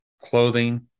clothing